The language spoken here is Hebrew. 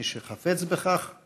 מי שחפץ בכך.